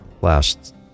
last